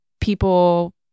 people